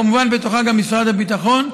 כמובן בתוכה גם משרד הביטחון,